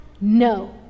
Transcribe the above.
no